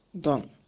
Done